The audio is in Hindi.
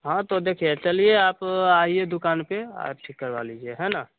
हँ तो देखिए चलिए आप आइए दुकान पर और ठीक करवा लीजिए है ना